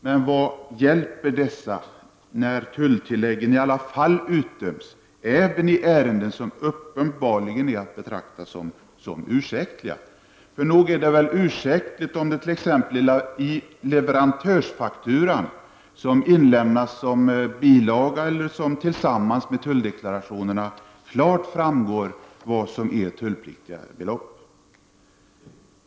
De hjälper dock inte när tulltillägg i alla fall utdöms även i ärenden som uppenbarligen måste betraktas som ursäktliga. Nog är det väl ursäktligt om det t.ex. av leverantörsfakturan som inlämnas som bilaga eller tillsammans med tulldeklarationen klart framgår vad som är tullpliktiga belopp.